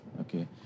Okay